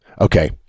okay